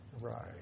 Right